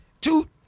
two